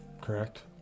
Correct